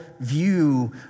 view